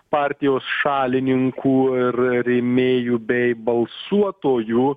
partijos šalininkų ir rėmėjų bei balsuotojų